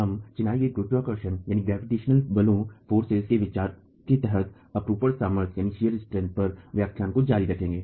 हम चिनाई में गुरुत्वाकर्षण बलों के विचार के तहत अपरूपण सामर्थ्य पर व्याख्यान जारी रखेंगे